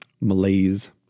malaise